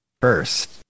first